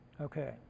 Okay